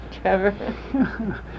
Trevor